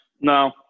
No